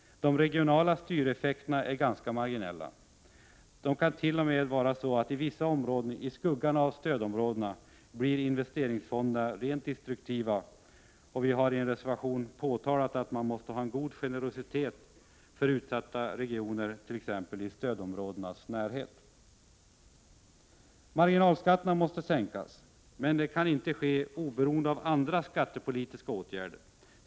De regionala styreffekterna är ganska marginella. Det kan t.o.m. vara så i vissa områden i skuggan av stödområdena att investeringsfonderna blir rent destruktiva, och vi har i vår reservation påtalat att man måste ha en god generositet för utsatta regioner i stödområdenas närhet. Marginalskatterna måste sänkas. Men det kan inte ske oberoende av andra skattepolitiska åtgärder.